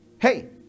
hey